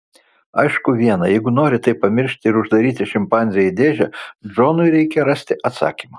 aišku viena jeigu nori tai pamiršti ir uždaryti šimpanzę į dėžę džonui reikia rasti atsakymą